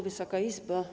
Wysoka Izbo!